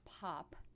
pop